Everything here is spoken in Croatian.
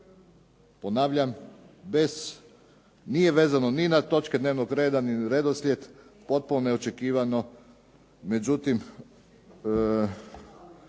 Ponavljam bez, nije vezano ni na točke dnevnog reda ni na redoslijed, potpuno neočekivano.